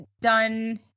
done